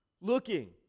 looking